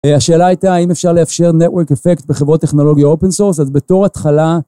השאלה הייתה האם אפשר לאפשר נטוורק אפקט בחברות טכנולוגיה אופן סורס, אז בתור התחלה...